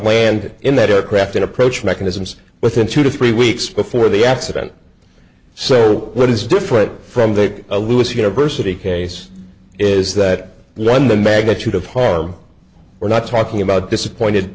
it in that aircraft in approach mechanisms within two to three weeks before the accident so what is different from the louis university case is that when the magnitude of harlem we're not talking about disappointed